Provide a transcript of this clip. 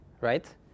right